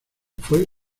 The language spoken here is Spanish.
fue